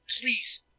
Please